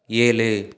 ஏழு